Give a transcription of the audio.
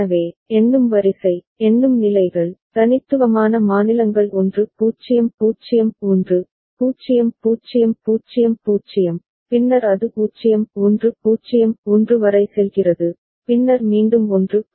எனவே எண்ணும் வரிசை எண்ணும் நிலைகள் தனித்துவமான மாநிலங்கள் 1 0 0 1 0 0 0 0 பின்னர் அது 0 1 0 1 வரை செல்கிறது பின்னர் மீண்டும் 1 0 0 1 க்கு செல்கிறது